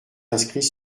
inscrits